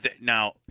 now